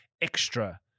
extra